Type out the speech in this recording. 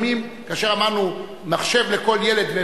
מה זו ההיתממות הזאת?